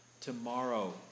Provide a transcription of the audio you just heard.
tomorrow